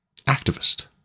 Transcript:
activist